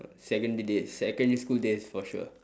secondary days secondary school days for sure